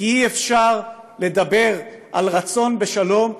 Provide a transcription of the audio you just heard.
כי אי-אפשר לדבר על רצון בשלום,